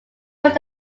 was